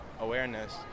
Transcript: awareness